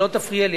שלא תפריע לי,